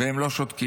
והם לא שותקים.